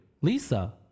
Lisa